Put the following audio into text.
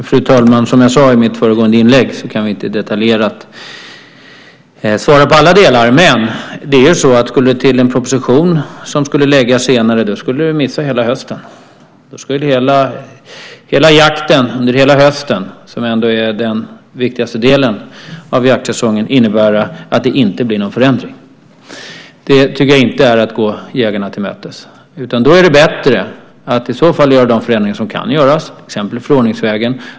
Fru talman! Som jag sade i mitt föregående inlägg kan vi inte svara detaljerat på alla frågor. Men skulle det behövas en proposition som skulle läggas fram senare skulle vi missa hela hösten. Då skulle det inte bli någon förändring till jakten under hela hösten, som ändå är den viktigaste delen av jaktsäsongen. Det tycker jag inte är att gå jägarna till mötes. Då är det bättre att göra de förändringar som kan göras, till exempel förordningsvägen.